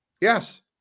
Yes